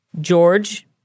George